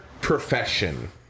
profession